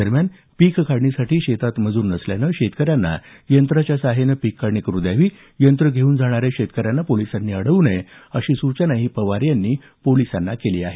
दरम्यान पीक काढणीसाठी शेतात मजूर नसल्यानं शेतकऱ्यांना यंत्राच्या सहाय्यानं पीक काढणी करु द्यावी यंत्र घेऊन जाणाऱ्या शेतकऱ्यांना पोलिसांनी अडवू नये अशी सूचना पवार यांनी औसा पोलिसांना केली आहे